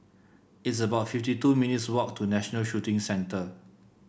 it's about fifty two minutes' walk to National Shooting Centre